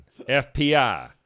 FPI